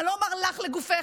אני לא אומר לך לגופך,